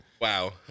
Wow